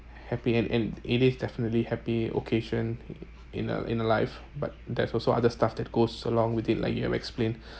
happy and and it is definitely happy occasion in a in a life but there's also other stuff that goes along with it like you have explained